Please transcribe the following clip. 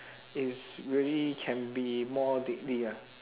is really can be more deadly ah